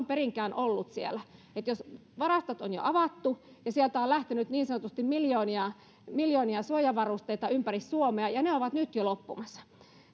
perinkään ollut siellä jos varastot on jo avattu ja sieltä on lähtenyt niin sanotusti miljoonia miljoonia suojavarusteita ympäri suomea ja ne ovat nyt jo loppumassa